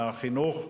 מהחינוך לשוויון.